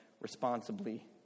responsibly